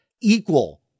equal